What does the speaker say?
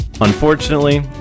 unfortunately